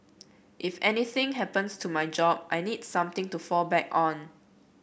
if anything happens to my job I need something to fall back on